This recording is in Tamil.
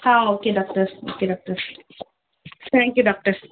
ah okay doctor okay doctor thank you doctor